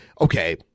Okay